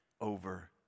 over